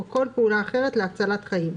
או כל פעולה אחרת להצלת חיים,